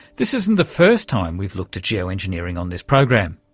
this isn't the first time we've looked at geo-engineering on this program.